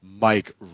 Mike